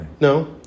No